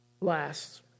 Last